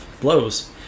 blows